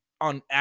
on